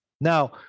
Now